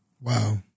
Wow